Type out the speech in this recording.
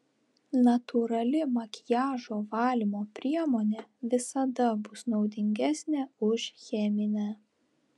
natūrali makiažo valymo priemonė visada bus naudingesnė už cheminę